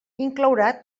inclourà